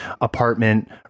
apartment